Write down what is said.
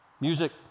Music